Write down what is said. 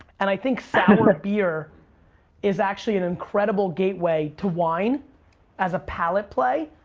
and i think sour beer is actually an incredible gateway to wine as a palette play.